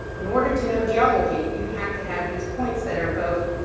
in order to know geology, you have to have these points that are both